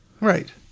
right